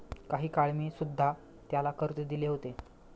काही काळ मी सुध्धा त्याला कर्ज दिले होते